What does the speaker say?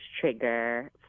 trigger